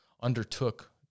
undertook